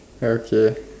okay